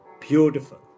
Beautiful